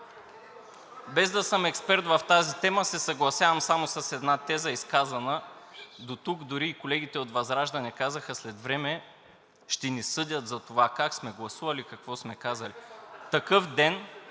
без да съм експерт в тази тема, се съгласявам само с една теза, изказана дотук, дори и колегите от ВЪЗРАЖДАНЕ казаха: „След време ще ни съдят за това как сме гласували и какво сме казали.“